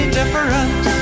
different